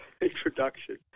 introduction